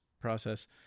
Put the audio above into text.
process